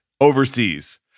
overseas